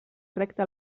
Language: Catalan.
recta